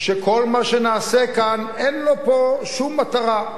שכל מה שנעשה כאן, אין לו שום מטרה.